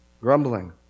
Grumbling